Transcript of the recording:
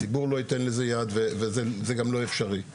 הציבור לא ייתן לזה יד, וזה גם לא אפשרי.